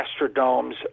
Astrodome's